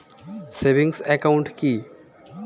Savings account কি?